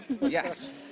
Yes